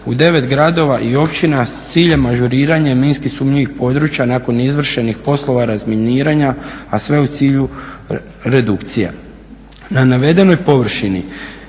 u 9 gradova i općina s ciljem ažuriranja minski sumnjivih prostora nakon izvršenih poslova razminiranja, a sve u cilju redukcije. Na navedenoj površini